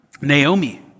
Naomi